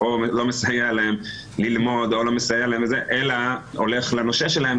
או לא מסייע להם ללמוד אלא הולך לנושה שלהם,